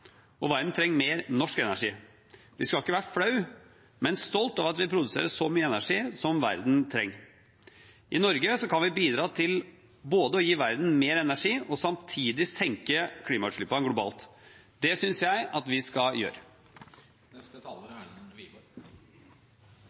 og verden trenger mer norsk energi. Vi skal ikke være flaue, men stolte over at vi produserer så mye energi som verden trenger. I Norge kan vi bidra til både å gi verden mer energi og samtidig senke klimautslippene globalt. Det synes jeg at vi skal gjøre.